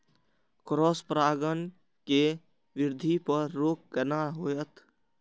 Cross परागण के वृद्धि पर रोक केना होयत?